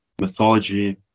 mythology